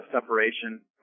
separation